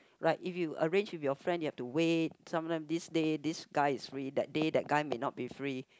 right if you arrange with your friend you have to wait sometimes this day this guy is free that day that guy may not be free